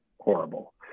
horrible